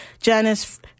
Janice